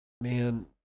Man